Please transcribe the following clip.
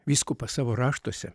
vyskupas savo raštuose